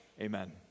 amen